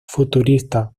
futurista